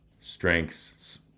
strengths